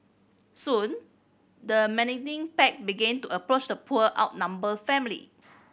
soon the menacing pack began to approach the poor outnumbered family